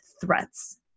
threats